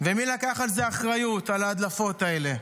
ומי לקח על זה אחריות על ההדלפות האלה?